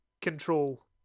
Control